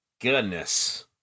goodness